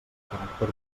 caràcter